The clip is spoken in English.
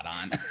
on